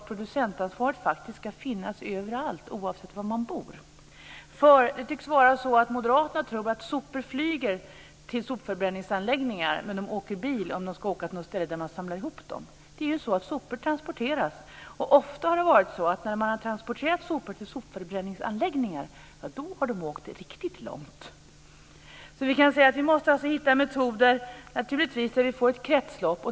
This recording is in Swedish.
Producentansvar ska finnas överallt oavsett var man bor. Det tycks vara så att moderaterna tror att sopor flyger till sopförbränningsanläggningar, men de åker bil om de ska åka till något ställe där man samlar ihop dem. Sopor transporteras, och ofta har de sopor som transporterats till sopförbränningsanläggningar åkt riktigt långt. Vi måste naturligtvis hitta en metod där vi får ett kretslopp.